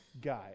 guy